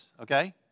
okay